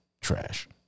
Trash